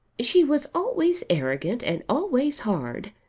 she was always arrogant and always hard.